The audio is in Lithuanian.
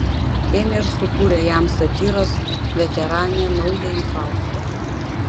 ėmė ir sukūrė jam satyros veteranė naująjį faustą